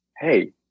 hey